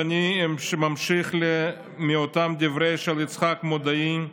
אני ממשיך מאותם דברים של יצחק מודעי.